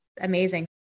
amazing